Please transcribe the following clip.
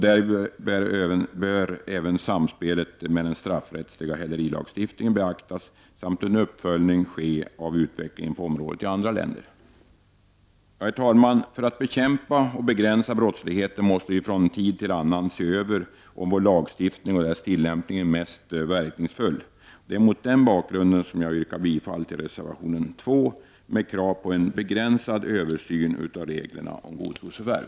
Därvid bör även samspelet med den straffrättsliga hälerilagstiftningen beaktas samt en uppföljning ske av utvecklingen på området i andra länder. Herr talman! För att bekämpa och begränsa brottsligheten måste vi från tid till annan se över om vår lagstiftning och dess tillämpning är mest verk ningsfull. Det är mot den bakgrunden jag yrkar bifall till reservation nr 2 med krav på en begränsad översyn av reglerna om godtrosförvärv.